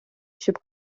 щоб